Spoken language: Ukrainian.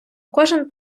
кожен